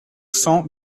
cents